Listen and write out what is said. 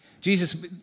Jesus